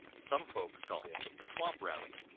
some folks call him the swamp rabbit.